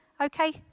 Okay